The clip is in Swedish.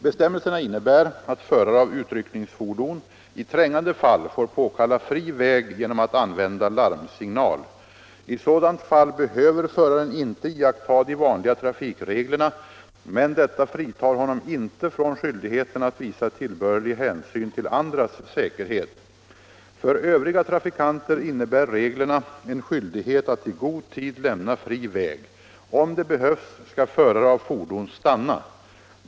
Bestämmelserna innebär att förare av utryckningsfordon i trängande fall får påkalla fri väg genom att använda larmsignal. I sådant fall behöver föraren inte iaktta de vanliga trafikreglerna, men detta fritar honom inte från skyldigheten att visa tillbörlig hänsyn till andras säkerhet. För övriga trafikanter innebär reglerna en skyldighet att i god tid lämna fri väg. Om det behövs skall förare av fordon stanna.